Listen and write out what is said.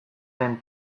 den